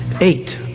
Eight